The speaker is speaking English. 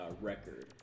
record